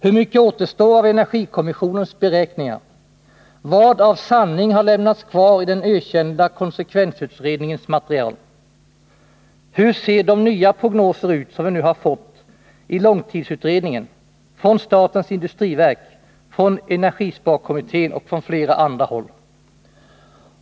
Hur mycket återstår av energikommissionens beräkningar? Vad av sanning har lämnats kvar i den ökända konsekvensutredningens material? Hur ser de nya prognoser ut som vi nu har fått i långtidsutredningen, från statens industriverk, från energisparkommittén och från flera andra håll?